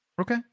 Okay